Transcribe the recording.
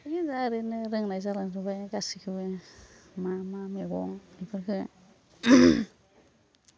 बिदिनो दा ओरैनो रोंनाय जालांजोब्बाय गासिखौबो मा मा मैगं बेफोरखौ